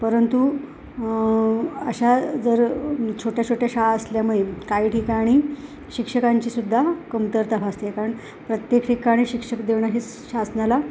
परंतु अशा जर छोट्या छोट्या शाळा असल्यामुळे काही ठिकाणी शिक्षकांची सुद्धा कमतरता भासली कारण प्रत्येक ठिकाणी शिक्षक देणं ही शासनाला